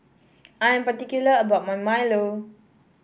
I am particular about my milo